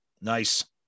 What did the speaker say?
Nice